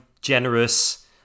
generous